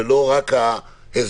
ולא רק ההסדרי.